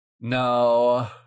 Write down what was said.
No